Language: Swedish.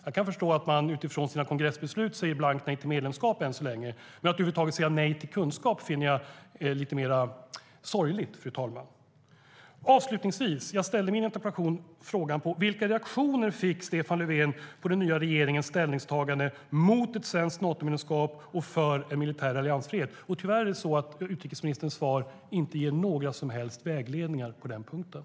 Jag kan förstå att man utifrån sina kongressbeslut än så länge säger blankt nej till medlemskap, men att över huvud taget säga nej till kunskap finner jag lite mer sorgligt.